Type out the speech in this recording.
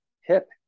hip